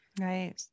Right